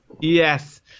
Yes